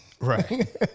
Right